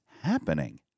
happening